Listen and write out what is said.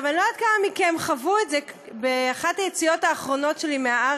אני לא יודעת כמה מכם חוו את זה: באחת היציאות האחרונות שלי מהארץ,